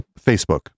Facebook